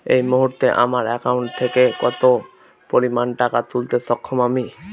এই মুহূর্তে আমার একাউন্ট থেকে কত পরিমান টাকা তুলতে সক্ষম আমি?